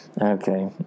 Okay